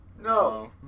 No